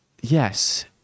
yes